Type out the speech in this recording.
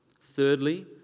Thirdly